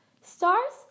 stars